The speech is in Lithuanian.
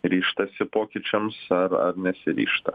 ryžtasi pokyčiams ar ar nesiryžta